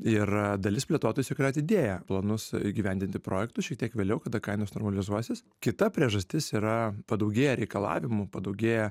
ir dalis plėtotojų tiesiog yra atidėję planus įgyvendinti projektus šiek tiek vėliau kada kainos normalizuosis kita priežastis yra padaugėja reikalavimų padaugėja